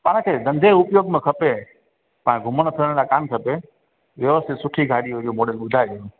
तव्हांखे धंधे उपयोग में खपे तव्हां घुमण फिरण लाइ कोनि खपे ॿियों सुठी गाॾी हुजे मॉडल ॿुधाइजो